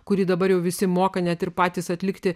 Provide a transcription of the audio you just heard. kurį dabar jau visi moka net ir patys atlikti